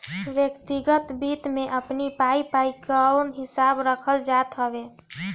व्यक्तिगत वित्त में अपनी पाई पाई कअ हिसाब रखल जात हवे